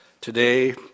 today